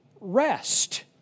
rest